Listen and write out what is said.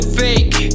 fake